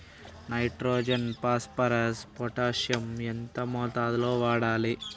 Nitrogen phosphorus potassium ఎంత మోతాదు లో వాడాలి?